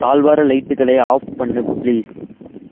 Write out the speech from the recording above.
தாழ்வார லைட்டுகளை ஆஃப் பண்ணு ப்ளீஸ்